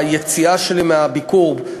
ביציאה שלי מהביקור,